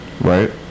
Right